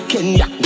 Kenya